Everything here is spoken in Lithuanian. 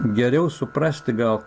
geriau suprasti gal